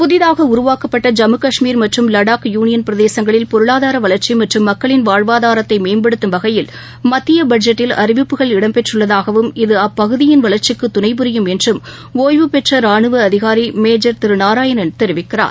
புதிதாகஉருவாக்கப்பட்ட பிரதேசங்களில் ஜம்முகாஷ்மீர் மற்றம் லடாக் யூனியன் பொருளாதாரவளர்ச்சிமற்றும் மக்களின் வாழ்வாதாரத்தைமேம்படுத்தும் வகையில் மத்தியபட்ஜெட்டில் அறிவிப்புகள் இடம்பெற்றுள்ளதாகவும் இது அப்பகுதியின் வளர்ச்சிக்குதுணை புரியும் என்றும் இஒய்வு பெற்றராணுவஅதிகாரிமேஜர் திருநாராயணன் தெரிவிக்கிறார்